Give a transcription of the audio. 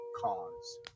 cause